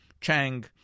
Chang